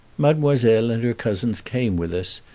mademoiselle and her cousins came with us,